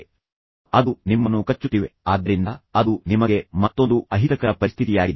ಆದ್ದರಿಂದ ಅದು ನಿಮ್ಮನ್ನು ಕಚ್ಚುತ್ತಿವೆ ಆದ್ದರಿಂದ ಅದು ನಿಮಗೆ ಮತ್ತೊಂದು ಅಹಿತಕರ ಪರಿಸ್ಥಿತಿಯಾಗಿದೆ